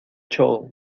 chole